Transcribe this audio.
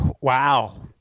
Wow